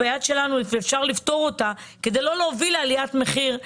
שאפשר לפתור אותה כדי לא להוביל לעליית מחירים מיותרת,